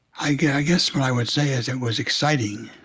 i yeah guess what i would say is it was exciting.